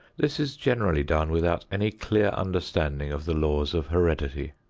this is generally done without any clear understanding of the laws of heredity.